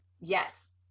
yes